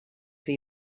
for